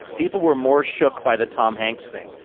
people were more shook by the tom hanks thing.